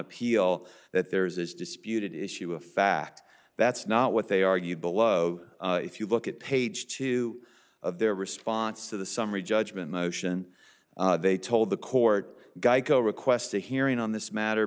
appeal that there is disputed issue of fact that's not what they argue below if you look at page two of their response to the summary judgment motion they told the court geico request a hearing on this matter